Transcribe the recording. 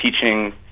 teaching